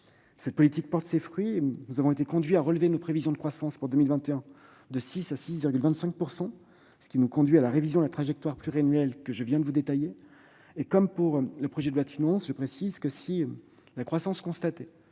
Cette politique porte ses fruits. Nous avons ainsi relevé nos prévisions de croissance de 6 à 6,25 % pour 2021, ce qui conduit à la révision de la trajectoire pluriannuelle que je viens de vous détailler. Comme pour le projet de loi de finances, je précise que, si la croissance constatée